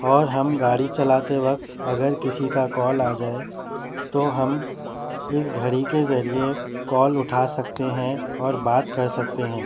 اور ہم گاڑی چلاتے وقت اگر کسی کا کال آ جائے تو ہم اس گھڑی کے ذریعے کال اٹھا سکتے ہیں اور بات کر سکتے ہیں